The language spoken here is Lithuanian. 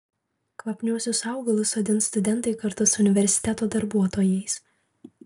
kvapniuosius augalus sodins studentai kartu su universiteto darbuotojais